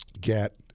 get